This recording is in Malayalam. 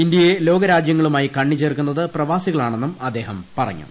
ഇന്ത്യയെ ലോകരാജ്യങ്ങളുമായി കണ്ണിച്ചേർക്കുന്നത് പ്രവാസികളാണെന്നും അദ്ദേഹം പറഞ്ഞു